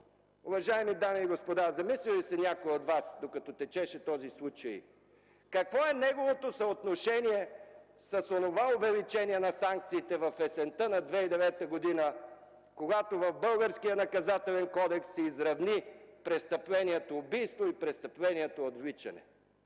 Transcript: Уважаеми дами и господа, замисля ли се някой от вас, докато течеше този случай, какво е неговото съотношение с онова увеличение на санкциите в есента на 2009 г., когато в българския Наказателен кодекс се изравни престъплението убийство и престъплението отвличане?